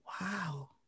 wow